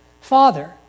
Father